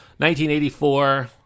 1984